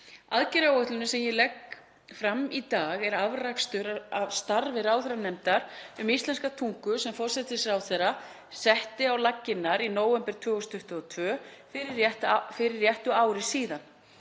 Aðgerðaáætlunin sem ég legg fram í dag er afrakstur af starfi ráðherranefndar um íslenska tungu sem forsætisráðherra setti á laggirnar í nóvember 2022 fyrir réttu ári síðan.